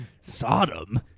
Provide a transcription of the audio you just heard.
Sodom